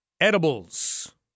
Edibles